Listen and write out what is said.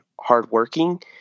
hardworking